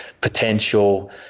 potential